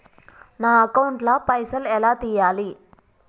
నా అకౌంట్ ల పైసల్ ఎలా తీయాలి?